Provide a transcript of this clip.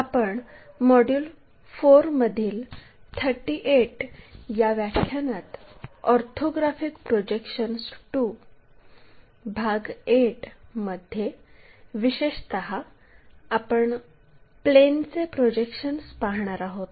आपण मॉड्यूल 4 मधील 38 व्या व्याख्यानात ऑर्थोग्राफिक प्रोजेक्शन्स II भाग 8 मध्ये विशेषतः आपण प्लेनचे प्रोजेक्शन्स पाहणार आहोत